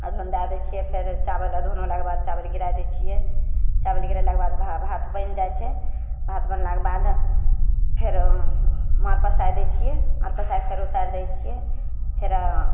अदहन दए दै छियै फिर चावल अदहन होलाके बाद चावल गिराय दै छियै चावल गिरेलाके बाद भात बनि जाइ छै भात बनलाके बाद फेर माड़ पसाय दै छियै माड़ पसायके फेर उतारि दै छियै फेर